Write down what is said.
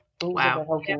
Wow